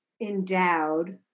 endowed